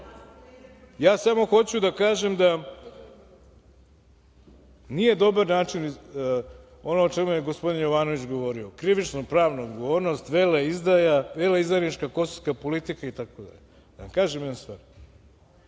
Samo hoću da kažem da nije dobar način ono o čemu je gospodin Jovanović govorio – krivično-pravnu odgovornost, veleizdaja, veleizdajnička kosovska politika itd. Da vam kažem jednu stvar,